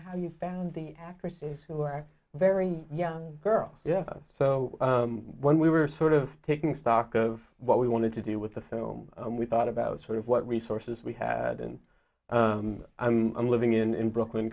how you found the actresses who are very young girls yeah so when we were sort of taking stock of what we wanted to do with the film we thought about sort of what resources we had and i'm living in brooklyn